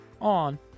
on